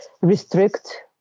restrict